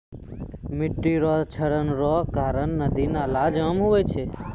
मिट्टी रो क्षरण रो कारण नदी नाला जाम हुवै छै